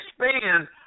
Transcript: expand